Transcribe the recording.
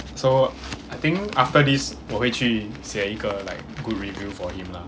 so I think after this 我会去写一个 like good review for him lah